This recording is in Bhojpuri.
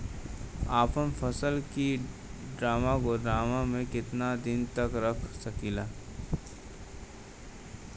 अपना फसल की ड्रामा गोदाम में कितना दिन तक रख सकीला?